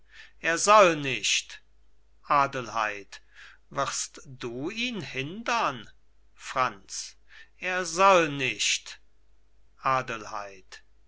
er soll nicht adelheid wirst du ihn hindern franz er soll nicht adelheid